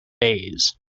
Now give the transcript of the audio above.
fays